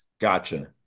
Gotcha